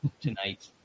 tonight